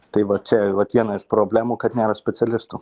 tai va čia vat viena iš problemų kad nėra specialistų